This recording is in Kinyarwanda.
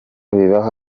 bibaho